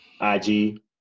IG